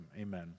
Amen